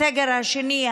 את הסגר השני,